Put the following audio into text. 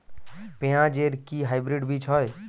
পেঁয়াজ এর কি হাইব্রিড বীজ হয়?